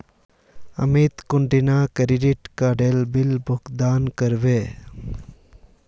अमित कुंदिना क्रेडिट काडेर बिल भुगतान करबे